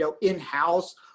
in-house